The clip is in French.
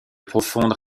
profondes